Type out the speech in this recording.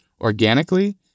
organically